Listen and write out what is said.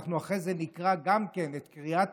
אנחנו אחרי זה נקרא גם כן את קריאת